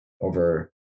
over